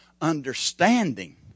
Understanding